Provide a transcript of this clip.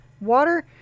water